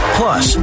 plus